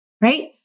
right